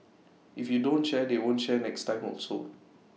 if you don't share they won't share next time also